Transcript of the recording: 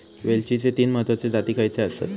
वेलचीचे तीन महत्वाचे जाती खयचे आसत?